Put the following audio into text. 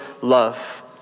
love